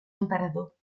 emperador